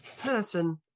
person